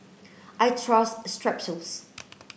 I trust Strepsils